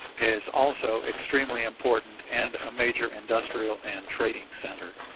is also extremely important and a major industrial and trading center.